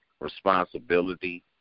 responsibility